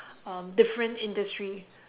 um different industry